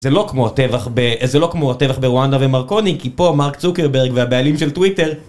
זה לא כמו הטבח ברואנדה ומרקוני, כי פה מרק צוקרברג והבעלים של טוויטר